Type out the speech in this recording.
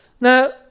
now